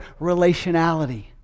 relationality